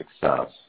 success